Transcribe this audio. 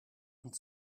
und